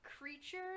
creature